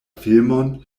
filmon